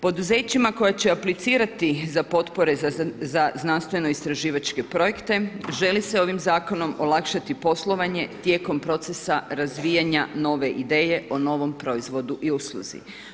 Poduzećima koje će aplicirati za potpore za znanstveno istraživačke projekte, želi se ovim zakonom olakšati poslovanje tijekom procesa razvijanja nove ideje o novom proizvodu i usluzi.